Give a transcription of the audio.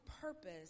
purpose